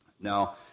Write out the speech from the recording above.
Now